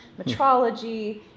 metrology